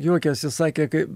juokiasi sakė kai